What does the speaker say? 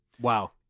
wow